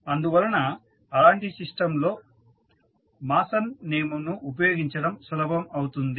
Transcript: అందువలన అలాంటి సిస్టమ్స్ లో మాసన్ నియమంను ఉపయోగించడం సులభం అవుతుంది